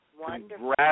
Wonderful